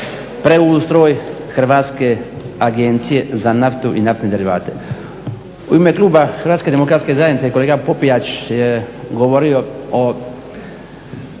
preustroj Hrvatske agencije za naftu i naftne derivate. U ime Kluba Hrvatske demokratske zajednice kolega Popijač je govorio o